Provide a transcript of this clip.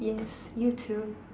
yes you too